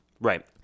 Right